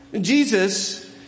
Jesus